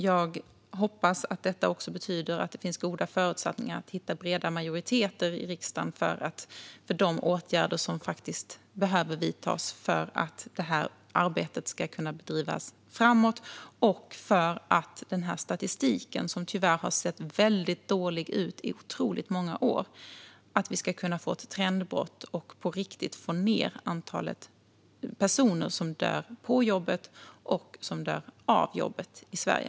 Jag hoppas att det betyder att det finns goda förutsättningar att hitta breda majoriteter i riksdagen för de åtgärder som behöver vidtas för att arbetet med detta ska kunna drivas framåt och för att vi ska kunna få till ett trendbrott i statistiken, som tyvärr har sett väldigt dålig ut i otroligt många år, och på riktigt få ned antalet personer som dör på jobbet och som dör av jobbet i Sverige.